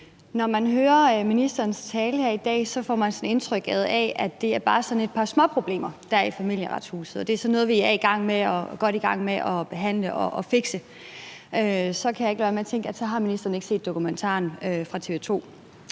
Når man hører ministerens tale her i dag, får man sådan indtrykket af, at det bare er et par småproblemer, der er i Familieretshuset, og at det er noget, vi er godt i gang med at behandle og fikse. Så kan jeg ikke lade være med at tænke, at ministeren ikke har set dokumentaren fra TV